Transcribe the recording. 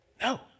No